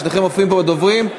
שניכם מופיעים פה בדוברים.